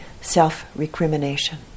self-recrimination